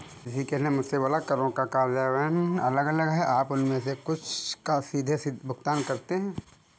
ऋषिकेश ने मुझसे बोला करों का कार्यान्वयन अलग अलग है आप उनमें से कुछ को सीधे भुगतान करते हैं